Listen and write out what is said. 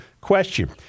question